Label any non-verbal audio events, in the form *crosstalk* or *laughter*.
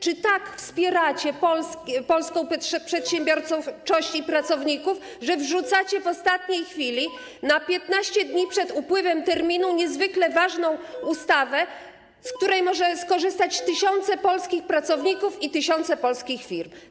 Czy tak wspieracie polską przedsiębiorczość *noise* i pracowników, że wrzucacie w ostatniej chwili, na 15 dni przed upływem terminu, niezwykle ważną ustawę, z której mogą skorzystać tysiące polskich pracowników i tysiące polskich firm?